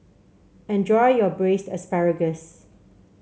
enjoy your Braised Asparagus